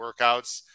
workouts